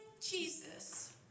Jesus